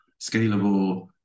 scalable